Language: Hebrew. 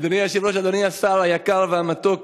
אדוני היושב-ראש, אדוני השר היקר והמתוק,